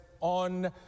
on